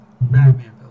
Batman